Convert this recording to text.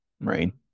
right